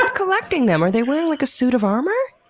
ah collecting them? are they wearing like a suit of armor?